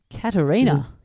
Katerina